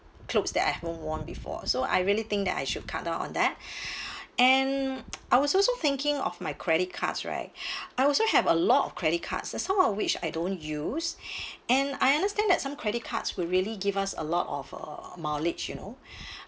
clothes that I haven't worn before so I really think that I should cut down on that and I was also thinking of my credit cards right I also have a lot of credit cards as some of which I don't use and I understand that some credit cards will really give us a lot of uh mileage you know